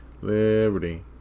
liberty